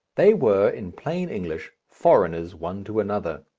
they were, in plain english, foreigners one to another.